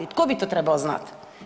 Tko bi to trebao znati?